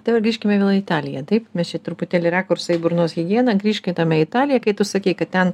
dabar grįžkime vėl į italiją taip mes čia truputėlį rakursą į burnos higieną grįžtame į italiją kai tu sakei kad ten